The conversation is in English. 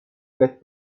get